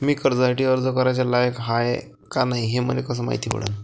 मी कर्जासाठी अर्ज कराचा लायक हाय का नाय हे मले कसं मायती पडन?